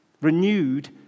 renewed